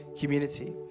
community